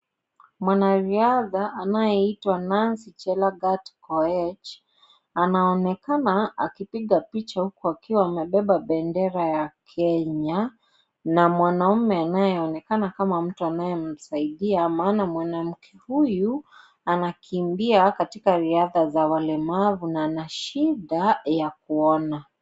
Mwanariadhaa anayeitwa Nancy chelagat koech, anaonekana akipiga picha huku akiwaamebeba bendera ya kenya na mwanaume anayeonekana kama mtu anayemsaidia maana mwanamke huyu anakimbia katika riadhaa za walemavu na anashida ya kuona.